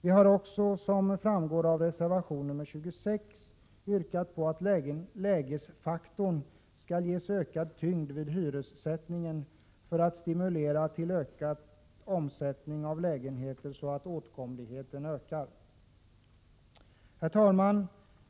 Vi har också, såsom framgår av reservation 26, yrkat på att lägesfaktorn skall ges ökad tyngd vid hyressättningen för att stimulera till ökad omsättning av lägenheter, så att åtkomligheten ökas. Herr talman!